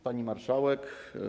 Pani Marszałek!